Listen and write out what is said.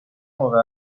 موقع